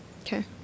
Okay